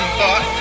thought